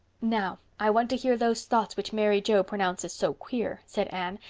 now, i want to hear those thoughts which mary joe pronounces so queer, said anne,